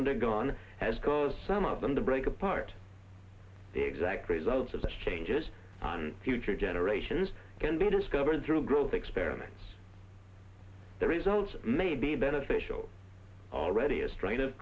undergone has caused some of them to break apart the exact results of such changes and future generations can be discovered through growth experiments the results may be beneficial already a strain of